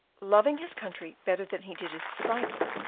loving his country better than he did his disciple,